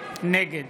נגד